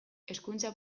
hezkuntza